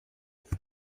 ist